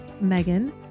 Megan